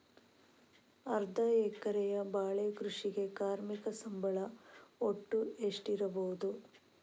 ಅರ್ಧ ಎಕರೆಯ ಬಾಳೆ ಕೃಷಿಗೆ ಕಾರ್ಮಿಕ ಸಂಬಳ ಒಟ್ಟು ಎಷ್ಟಿರಬಹುದು?